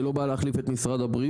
אני לא בא להחליף את משרד הבריאות,